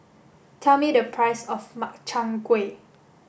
tell me the price of Makchang Gui